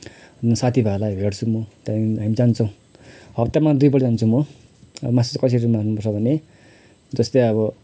साथीभाइलाई भेट्छु म त्यहाँदेखि हामी जान्छौँ हप्तामा दुईपल्ट जान्छु म माछा चाहिँ कसरी मार्नुपर्छ भने जस्तै अब